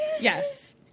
Yes